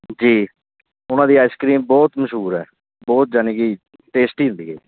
ਜੀ ਉਹਨਾਂ ਦੀ ਆਈਸ ਕ੍ਰੀਮ ਬਹੁਤ ਮਸ਼ਹੂਰ ਹੈ ਬਹੁਤ ਯਾਨੀ ਕਿ ਟੇਸਟੀ ਹੁੰਦੀ ਹੈ